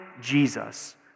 Jesus